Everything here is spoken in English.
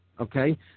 Okay